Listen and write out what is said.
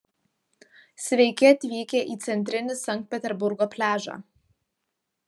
sveiki atvykę į centrinį sankt peterburgo pliažą